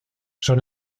son